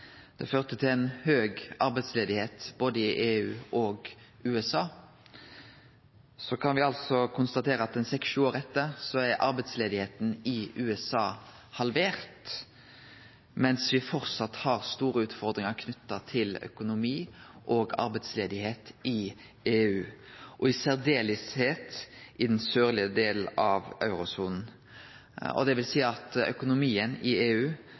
det førte til høy arbeidsløyse både i EU og i USA – kan me altså konstatere at seks-sju år etter er arbeidsløysa i USA halvert, medan me framleis har store utfordringar knytte til økonomi og arbeidsløyse i EU, og spesielt i den sørlege delen av eurosona. Det vil seie at økonomien i EU